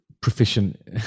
proficient